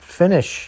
finish